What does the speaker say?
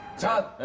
top